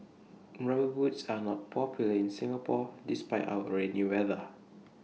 rubber boots are not popular in Singapore despite our rainy weather